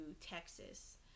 Texas